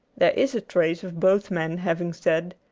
there is a trace of both men having said,